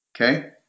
okay